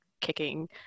kicking